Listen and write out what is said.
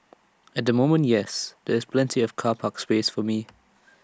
at the moment yes there's plenty of car park space for me